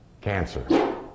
Cancer